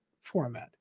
format